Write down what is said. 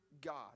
God